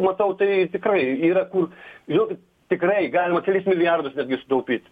matau tai tikrai yra kur žinokit tikrai galima kelis milijardus netgi sutaupyt